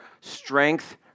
strength